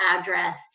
address